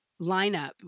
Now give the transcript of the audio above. lineup